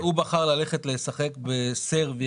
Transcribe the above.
הוא בחר ללכת לשחק בסרביה.